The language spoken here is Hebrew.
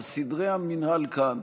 על סדרי המינהל כאן,